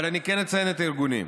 אבל אני כן אציין את הארגונים: